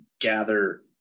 gather